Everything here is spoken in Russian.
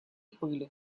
пыли